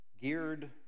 geared